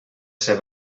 ser